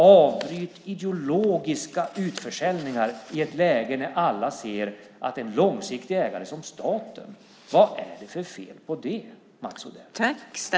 Avbryt ideologiska utförsäljningar i ett läge när alla undrar vad det är för fel på en långsiktig ägare som staten, Mats Odell!